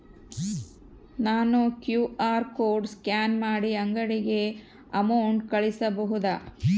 ನಾನು QR code scan ಮಾಡಿ ಅಂಗಡಿಗೆ ಅಮೌಂಟ್ ಕಳಿಸಬಹುದಾ?